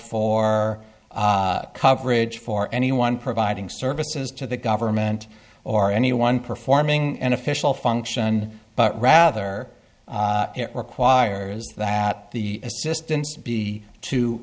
for coverage for anyone providing services to the government or anyone performing an official function but rather it requires that the assistance be to